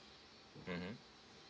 mmhmm